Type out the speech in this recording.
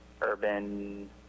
urban